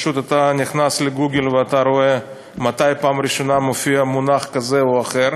אתה פשוט נכנס לגוגל ואתה רואה מתי בפעם הראשונה מופיע מונח כזה או אחר.